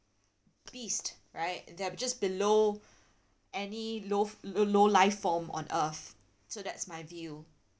beasts right they are just below any low low life form on earth so that's my view